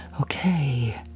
Okay